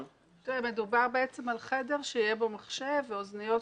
מדובר בעצם על חדר שיהיה בו מחשב ואוזניות.